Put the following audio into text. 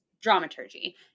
dramaturgy